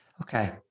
Okay